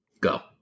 go